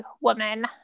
woman